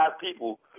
people